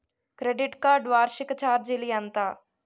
Credit card వార్షిక ఛార్జీలు ఎంత?